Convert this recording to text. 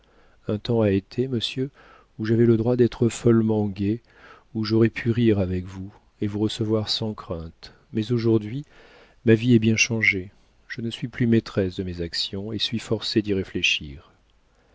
un temps a été monsieur où j'avais le droit d'être follement gaie où j'aurais pu rire avec vous et vous recevoir sans crainte mais aujourd'hui ma vie est bien changée je ne suis plus maîtresse de mes actions et suis forcée d'y réfléchir